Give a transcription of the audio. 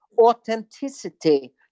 authenticity